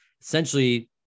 Essentially